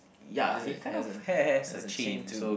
is it has a has a chain to